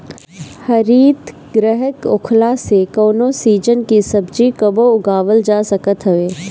हरितगृह होखला से कवनो सीजन के सब्जी कबो उगावल जा सकत हवे